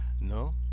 No